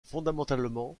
fondamentalement